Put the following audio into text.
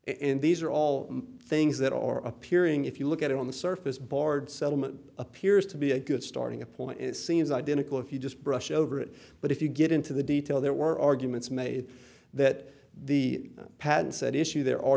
n these are all things that are appearing if you look at it on the surface board settlement appears to be a good starting point is seen as identical if you just brush over it but if you get into the detail there were arguments made that the patent said issue there are